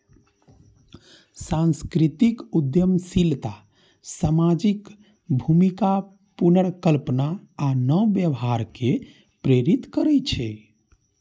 सांस्कृतिक उद्यमशीलता सामाजिक भूमिका पुनर्कल्पना आ नव व्यवहार कें प्रेरित करै छै